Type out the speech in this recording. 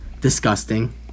disgusting